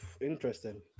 Interesting